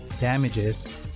damages